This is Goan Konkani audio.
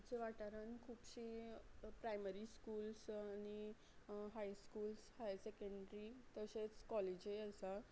आमचे वाठारान खुबशीं प्रायमरी स्कुल्स आनी हाय स्कुल्स हायर सॅकँड्री तशेंच कॉलेजीय आसा